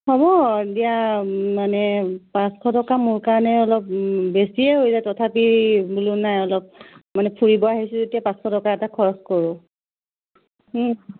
হ'ব দিয়া মানে পাঁচশ টকা মোৰ কাৰণে অলপ বেছিয়ে হৈ যায় তথাপি বোলো নাই অলপ মানে ফুৰিব আহিছোঁ যেতিয়া পাঁচশ টকা এটা খৰচ কৰোঁ